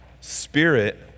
Spirit